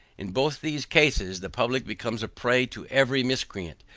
in both these cases the public becomes a prey to every miscreant,